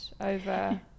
over